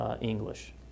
English